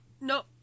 No